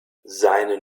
seine